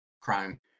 crime